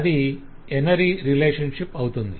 అది n ary relationship అవుతుంది